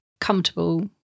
comfortable